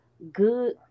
Good